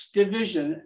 division